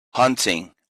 hunting